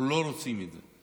אנחנו לא רוצים את זה.